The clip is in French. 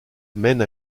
mène